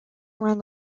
around